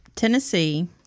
tennessee